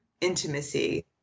intimacy